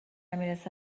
میرسه